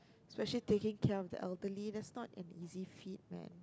especially taking care of the elderly that's not an easy feat man